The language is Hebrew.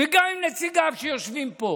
וגם עם נציגיו שיושבים פה: